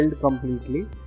completely